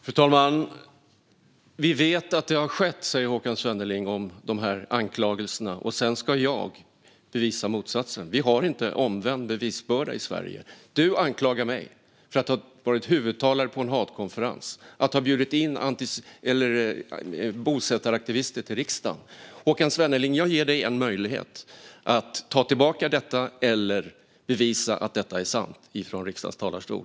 Fru talman! Vi vet att det har skett, säger Håkan Svenneling om de här anklagelserna. Sedan ska jag bevisa motsatsen. Vi har inte omvänd bevisbörda i Sverige. Håkan Svenneling anklagar mig för att ha varit huvudtalare på en hatkonferens och för att ha bjudit in bosättaraktivister till riksdagen. Håkan Svenneling! Jag ger dig en möjlighet att från riksdagens talarstol ta tillbaka detta eller att bevisa att detta är sant.